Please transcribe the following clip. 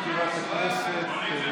מזכירת הכנסת,